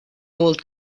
old